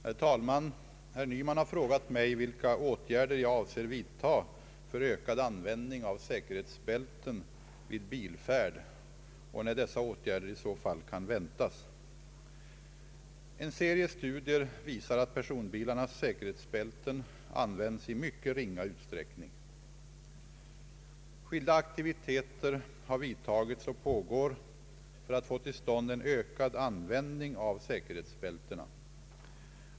Herr talman! Herr Nyman har frågat mig vilka åtgärder jag avser vidta för ökad användning av säkerhetsbälten vid bilfärd och när dessa åtgärder i så fall kan väntas. En serie studier visar att personbilarnas säkerhetsbälten används i mycket ringa utsträckning. Skilda aktiviteter har vidtagits och pågår för att få till stånd en ökad användning av säkerhetsbältena.